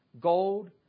Gold